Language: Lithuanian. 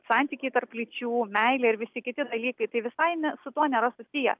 santykiai tarp lyčių meilė ir visi kiti dalykai tai visai ne su tuo nėra susiję